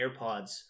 airpods